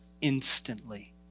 instantly